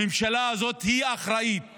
הממשלה הזאת היא אחראית